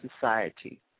Society